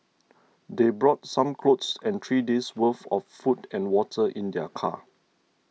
they brought some clothes and three days' worth of food and water in their car